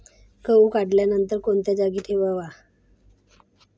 गहू काढल्यानंतर कोणत्या जागी ठेवावा?